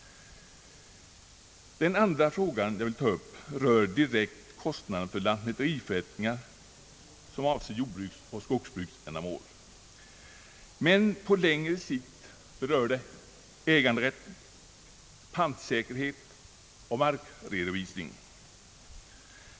Den andra fråga, som jag vill ta upp, rör direkt kostnaderna för lantmäteriförrättningar, som avser jordbruksoch skogsbruksändamål. Men på längre sikt berör den äganderätt, pantsäkerhet och markredovisning.